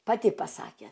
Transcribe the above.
pati pasakė